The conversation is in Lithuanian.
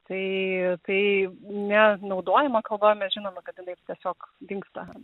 tai kai nenaudojama kalba mes žinome kad jinai tiesiog dingsta